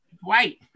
White